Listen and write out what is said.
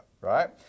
right